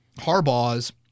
Harbaugh's